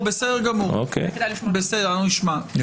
בזה כדאי לשמוע את הרשויות